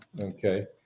okay